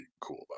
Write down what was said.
cool